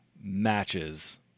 matches